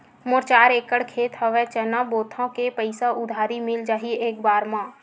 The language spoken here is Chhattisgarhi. मोर चार एकड़ खेत हवे चना बोथव के पईसा उधारी मिल जाही एक बार मा?